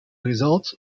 results